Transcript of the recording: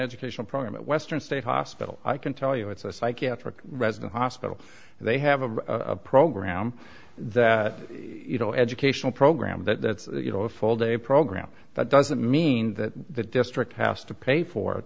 educational program at western state hospital i can tell you it's a psychiatric resident hospital and they have a program that you know educational programs that you know a full day program that doesn't mean that the district has to pay for